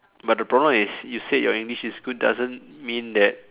but the problem is you said your English is good doesn't mean that